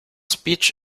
speech